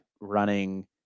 running